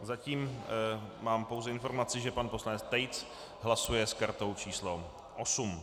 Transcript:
Zatím mám pouze informaci, že pan poslanec Tejc hlasuje s kartou číslo 8.